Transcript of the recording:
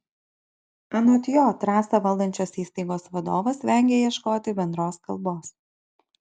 anot jo trasą valdančios įstaigos vadovas vengia ieškoti bendros kalbos